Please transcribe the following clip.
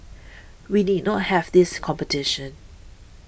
we need not have this competition